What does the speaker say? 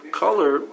color